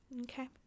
Okay